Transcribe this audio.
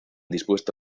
dispuesto